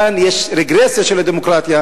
כאן יש רגרסיה של הדמוקרטיה,